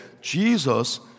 Jesus